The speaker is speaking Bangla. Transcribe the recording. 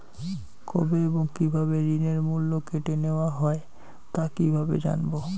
কবে এবং কিভাবে ঋণের মূল্য কেটে নেওয়া হয় তা কিভাবে জানবো?